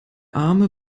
arme